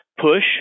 push